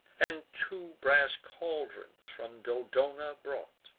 and two brass caldrons from dodona brought.